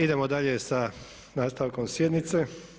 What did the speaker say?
Idemo dalje sa nastavkom sjednice.